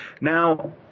Now